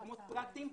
מקומות פרקטיים,